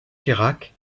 chirac